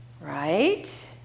Right